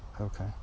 Okay